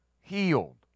healed